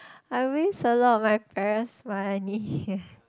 I waste a lot of my parents money